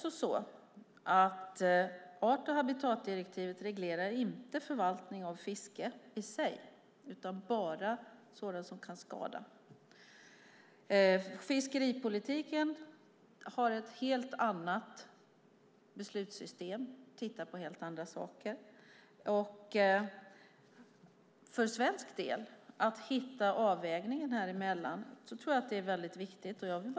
Art och habitatdirektivet reglerar inte förvaltning av fisket i sig utan bara sådant som kan skada. Fiskeripolitiken har ett helt annat beslutssystem och tittar på helt andra saker. För svensk del tror jag att det är viktigt att hitta avvägningen häremellan.